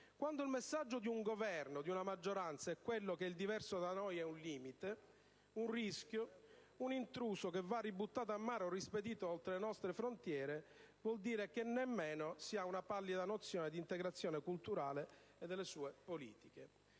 Quando il messaggio di un Governo e di una maggioranza è quello che il diverso da noi è un limite, un rischio, un intruso che va ributtato a mare o rispedito oltre le nostre frontiere, vuol dire che nemmeno si ha una pallida nozione di integrazione culturale e delle sue politiche.